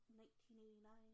1989